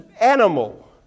animal